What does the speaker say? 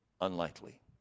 unlikely